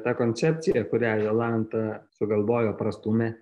ta koncepcija kurią jolanta sugalvojo prastūmė